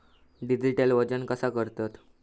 Digital वजन कसा करतत?